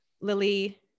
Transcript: Lily